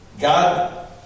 God